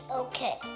okay